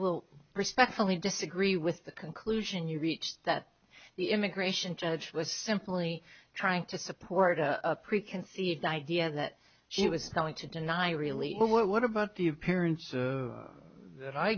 will respectfully disagree with the conclusion you reached that the immigration judge was simply trying to support a preconceived idea that she was telling to deny really what about the appearance that i